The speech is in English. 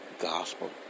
gospel